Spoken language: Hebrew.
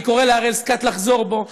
אני קורא להראל סקעת לחזור בו,